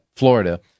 Florida